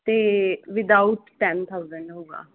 ਤੇ without ten thousand ਹੋਊਗਾ